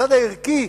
בצד הערכי,